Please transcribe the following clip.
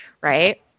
right